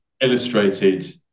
illustrated